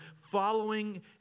following